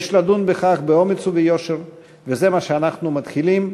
יש לדון בכך באומץ וביושר, וזה מה שאנחנו מתחילים,